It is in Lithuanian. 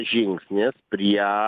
žingsnis prie